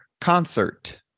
concert